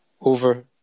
over